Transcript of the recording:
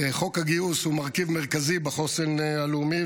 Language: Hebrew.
חוק הגיוס הוא מרכיב מרכזי בחוסן הלאומי,